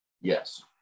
Yes